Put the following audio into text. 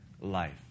life